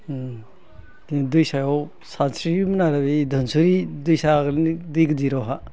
दैसायाव सानस्रियोमोन आरो बै धोनसिरि दैसा आगोलनि दै गिदिरावहाय